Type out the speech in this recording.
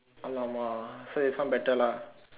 !alamak! so this one better lah